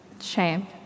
Shame